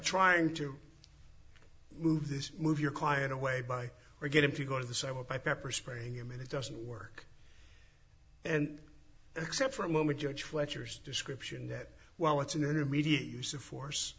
trying to move this move your client away by or get him to go to the server by pepper spraying him and it doesn't work and except for a moment judge fletcher's description that well it's an intermediary use of force